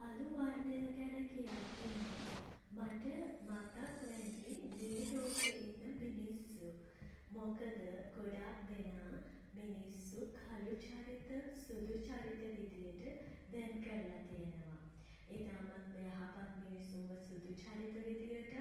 අළු වර්ණය ගැන කියද්දී නම් මට මතක් වෙන්නේ මේ ලෝකේ ඉන්න මිනිස්සු. මොකද ගොඩක් දෙනා මිනිස්සු කළු චරිත සුදු චරිත විදියට වෙන් කරල තියෙනවා. ඉතාමත්ම යහපත් මිනිසුන්ව සුදු චරිත විදියටත්